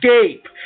escape